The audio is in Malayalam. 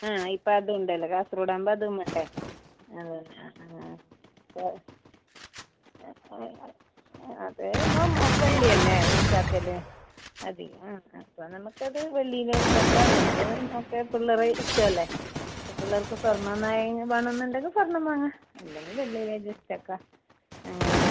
ആ ഇപ്പോൾ അതും ഉണ്ടല്ലോ കാസർഗോഡ് ആവുമ്പോൾ അതും വേണ്ടേ അത് തന്നെ ആ ആ അതെ ആ അതെ മാം വെള്ളി അല്ലേ യൂസ് ആക്കൽ അതി ആ ആ അപ്പോൾ നമ്മൾക്ക് അത് വെള്ളിൻ്റെ ഇത് ആക്കാം അല്ലെങ്കിൽ അതൊക്കെ പിള്ളേരെ ഇഷ്ടം അല്ലേ ഇപ്പോൾ പിള്ളേർക്ക് സ്വർണ്ണം ആയി വേണമെന്ന് ഉണ്ടെങ്കിൽ സ്വർണ്ണം വാങ്ങാം അല്ലെങ്കിൽ വെള്ളിയിൽ അഡ്ജസ്റ്റ് ആക്കാം അങ്ങനെ